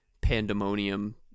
pandemonium